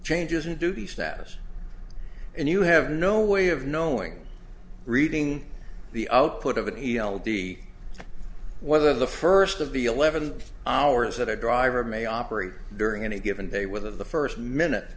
changes in duty status and you have no way of knowing reading the output of an e l t whether the first of the eleven hours that a driver may operate during any given day whether the first minute